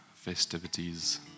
festivities